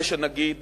ביקש הנגיד